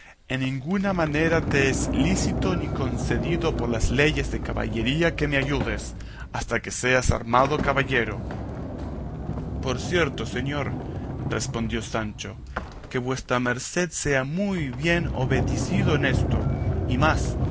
en ninguna manera te es lícito ni concedido por las leyes de caballería que me ayudes hasta que seas armado caballero por cierto señor respondió sancho que vuestra merced sea muy bien obedicido en esto y más